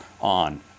on